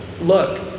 Look